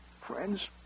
Friends